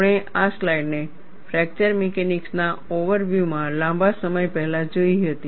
આપણે આ સ્લાઇડને ફ્રેક્ચર મિકેનિક્સના ઓવર વ્યુમાં લાંબા સમય પહેલા જોઈ હતી